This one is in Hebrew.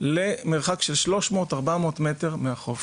למרחק של 300, 400 מטר מהחוף.